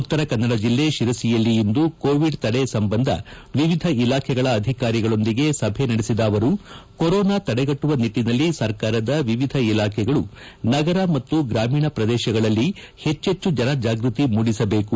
ಉತ್ತರ ಕನ್ನಡ ಜೆಲ್ಲೆ ತಿರಸಿಯಲ್ಲಿ ಇಂದು ಕೋವಿಡ್ ತಡೆ ಸಂಬಂಧ ವಿವಿಧ ಇಲಾಖೆಗಳ ಅಧಿಕಾರಿಗಳೊಂದಿಗೆ ಸಭೆ ನಡೆಸಿದ ಅವರು ಕೊರೊನಾ ತಡೆಗಟ್ಟುವ ನಿಟ್ಟನಲ್ಲಿ ಸರ್ಕಾರದ ವಿವಿಧ ಇಲಾಖೆಗಳು ನಗರ ಮತ್ತು ಗ್ರಾಮೀಣ ಪ್ರದೇಶಗಳಲ್ಲಿ ಹೆಚ್ಚು ಜನಜಾಗೃತಿ ಮೂಡಿಸಬೇಕು